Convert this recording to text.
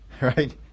Right